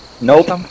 Nope